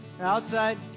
outside